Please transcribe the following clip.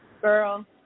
girl